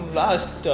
last